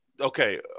okay